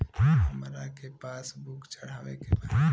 हमरा के पास बुक चढ़ावे के बा?